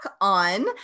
on